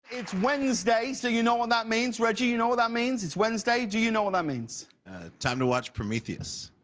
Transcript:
it's wednesday so you know what that means, reggie, you know what that means, it's wednesday, do you know what that means? reggie time to watch prometheu s.